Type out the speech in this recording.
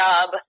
job